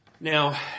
Now